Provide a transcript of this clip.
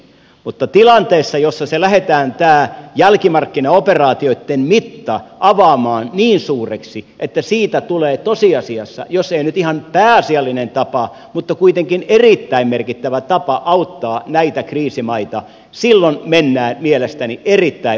mutta tilanteessa jossa lähdetään tämä jälkimarkkinaoperaatioitten mitta avaamaan niin suureksi että siitä tulee tosiasiassa jos ei nyt ihan pääasiallinen tapa mutta kuitenkin erittäin merkittävä tapa auttaa näitä kriisimaita silloin mennään mielestäni erittäin vaaralliselle tielle